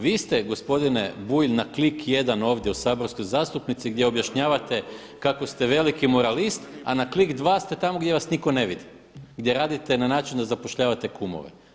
Vi ste gospodine Bulj na klik jedan ovdje u saborskoj sabornici gdje objašnjavate kako ste veliki moralist, a na klik dva ste tamo gdje vas nitko ne vidi, gdje radite na način da zapošljavate kumove.